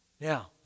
Now